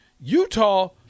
Utah